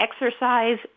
exercise